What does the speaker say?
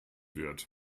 wird